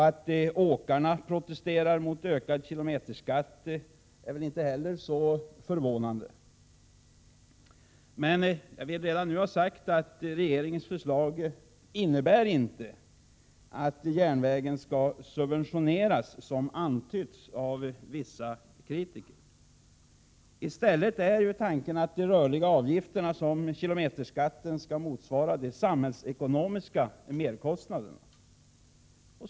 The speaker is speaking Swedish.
Att åkarna protesterar mot ökad kilometerskatt är väl inte heller förvånande. Jag vill redan nu ha sagt att regeringens förslag inte innebär att järnvägen skall subventioneras, som antytts av vissa kritiker. I stället är tanken att de rörliga avgifterna, som kilometerskatten, skall motsvara de samhällsekonomiska merkostnaderna.